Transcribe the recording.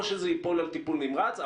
או שזה ייפול על טיפול נמרץ.